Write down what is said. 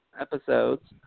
episodes